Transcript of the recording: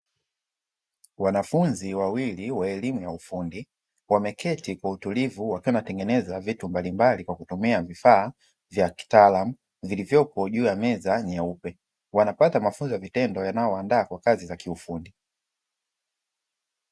Wanafunzi wawili wa elimu ya ufundi, wameketi kwa utulivu wakiwa wanatengeneza vitu mbalimbali kwa kutumia vifaa vya kitaalamu vilivyopo juu ya meza nyeupe, wanapata mafunzo ya vitendo yanayowaandaa kwa kazi za kiufundi.